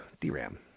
DRAM